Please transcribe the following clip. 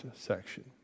section